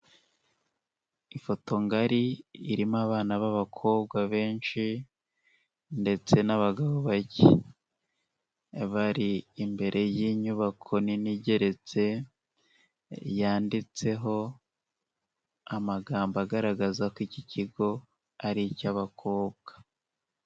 Ifoto ngari irimo abana b'abakobwa benshi ndetse n'abagabo bake, bari imbere y'inyubako nini igeretse yanditseho amagambo agaragaza ko iki kigo ari icy'abakobwa.